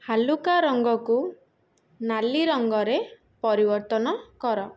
ହାଲୁକା ରଙ୍ଗକୁ ନାଲି ରଙ୍ଗରେ ପରିବର୍ତ୍ତନ କର